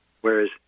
Whereas